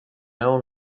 own